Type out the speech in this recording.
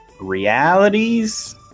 realities